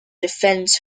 defends